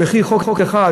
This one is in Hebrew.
במחי חוק אחד,